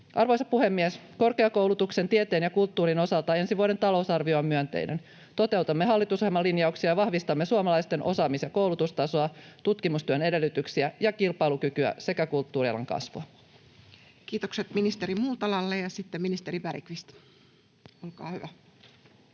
Arvoisa puhemies! Korkeakoulutuksen, tieteen ja kulttuurin osalta ensi vuoden talousarvio on myönteinen. Toteutamme hallitusohjelman linjauksia ja vahvistamme suomalaisten osaamis- ja koulutustasoa, tutkimustyön edellytyksiä ja kilpailukykyä sekä kulttuurialan kasvua. [Speech 5] Speaker: Toinen varapuhemies